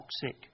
toxic